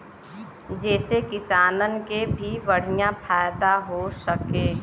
जेसे किसानन के भी बढ़िया फायदा हो सके